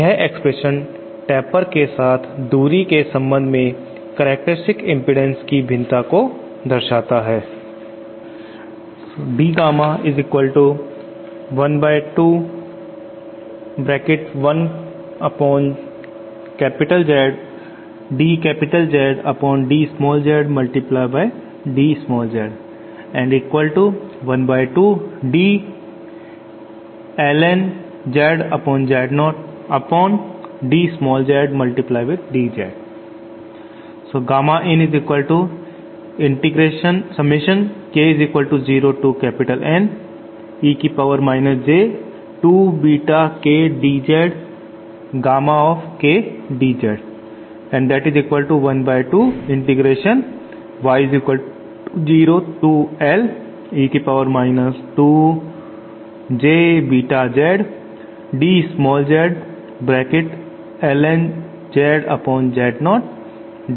यह expression taper के साथ दूरी के संबंध में करैक्टरस्टिक इम्पीडन्स की भिन्नता को दर्शाता है